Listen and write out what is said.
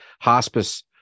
hospice